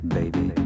baby